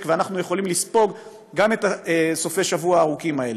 ואנחנו יכולים לספוג את סופי השבוע הארוכים האלה.